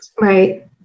Right